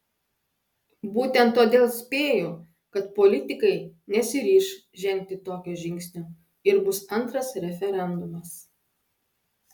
būtent todėl spėju kad politikai nesiryš žengti tokio žingsnio ir bus antras referendumas